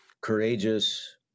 courageous